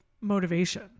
motivation